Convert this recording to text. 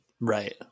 Right